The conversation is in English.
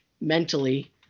mentally